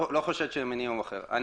להגיד משהו.